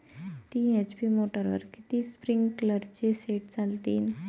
तीन एच.पी मोटरवर किती स्प्रिंकलरचे सेट चालतीन?